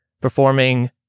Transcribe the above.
performing